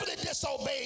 disobeyed